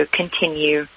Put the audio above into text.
continue